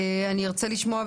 אני ארצה לשמוע,